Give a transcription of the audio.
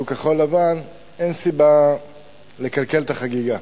שהוא כחול-לבן, אין סיבה לקלקל את החגיגה.